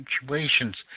situations